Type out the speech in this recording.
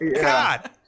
God